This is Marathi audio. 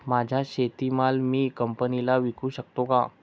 माझा शेतीमाल मी कंपनीला विकू शकतो का?